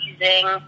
using